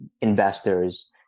investors